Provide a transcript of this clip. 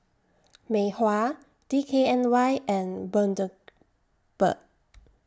Mei Hua D K N Y and Bundaberg